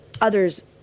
others